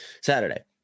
Saturday